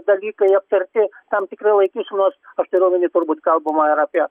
dalykai aptarti tam tikri laikysenos aš turiu omeny turbūt kalbama ir apie